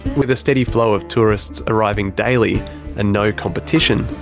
with a steady flow of tourists arriving daily and no competition,